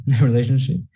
relationship